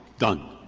done.